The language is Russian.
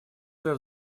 свой